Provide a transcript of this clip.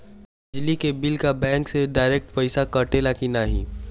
बिजली के बिल का बैंक से डिरेक्ट पइसा कटेला की नाहीं?